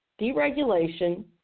deregulation